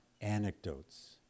anecdotes